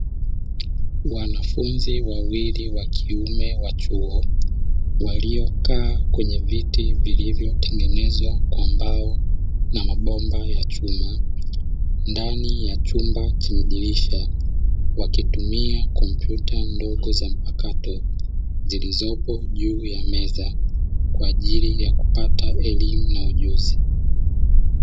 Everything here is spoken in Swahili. Wanafunzi wawili wa kiume wa chuo waliokaa kwenye viti vilivyotengenezwa kwa mbao na mabomba ya chuma ndani ya chumba chenye dirisha, wakitumia kompyuta ndogo za mpakato zilizopo juu ya meza kwa ajili ya kupata elimu na ujuzi.